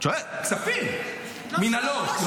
כספים, מינהלות --- לא